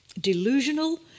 delusional